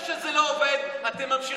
אתם גונבים את המנדטים של הימין.